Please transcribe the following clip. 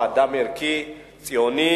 הוא אדם ערכי וציוני